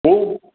କେଉଁ